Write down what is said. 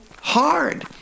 hard